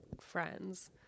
friends